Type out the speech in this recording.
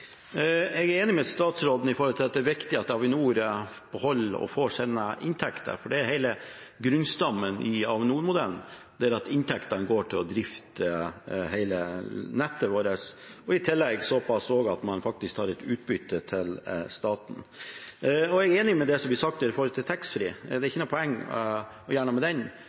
grunnstammen i Avinor-modellen at inntektene går til å drifte hele nettet vårt – og i tillegg såpass at det er utbytte til staten. Jeg er enig i det som blir sagt her om taxfree. Det er ikke noe poeng å gjøre noe med